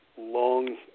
long